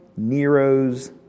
Nero's